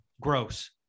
Gross